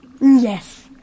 Yes